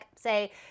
say